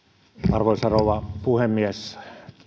arvoisa rouva puhemies